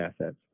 assets